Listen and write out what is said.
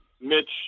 Mitch